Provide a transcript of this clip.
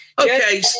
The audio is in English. Okay